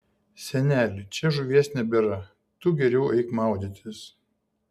seneli čia žuvies nebėra tu geriau eik maudytis